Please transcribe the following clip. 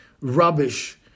rubbish